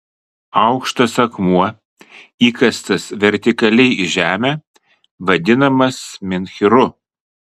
aukštas akmuo įkastas vertikaliai į žemę vadinamas menhyru